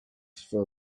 for